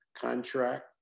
contract